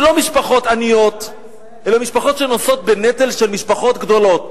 זה לא משפחות עניות אלא משפחות שנושאות בנטל של משפחות גדולות.